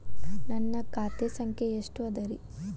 ನನ್ನ ಖಾತೆ ಸಂಖ್ಯೆ ಎಷ್ಟ ಅದರಿ?